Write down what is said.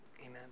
amen